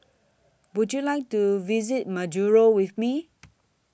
Would YOU like to visit Majuro with Me